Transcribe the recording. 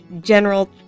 general